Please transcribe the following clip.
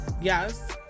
Yes